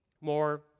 more